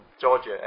Georgia